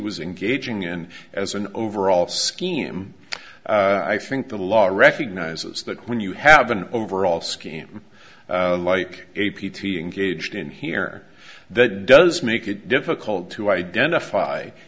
was engaging in as an overall scheme i think the law recognizes that when you have an overall scheme like a p t engaged in here that does make it difficult to identify